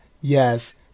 yes